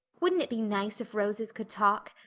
wouldn't it be nice if roses could talk?